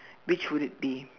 which would it be